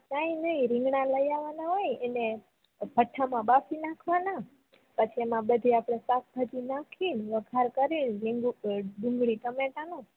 કાઈ નઈ રીંગણાં લૈયાવાના હોય એને ભઠ્ઠા માં બાફી નાખવાના પછી એમા બધી શાકભાજી નાખી વઘાર કરી લીંબ ડુંગળી ટમેટાનું